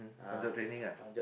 own self training ah